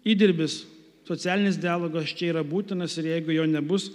įdirbis socialinis dialogas čia yra būtinas ir jeigu jo nebus